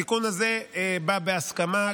התיקון הזה בא בהסכמה,